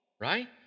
Right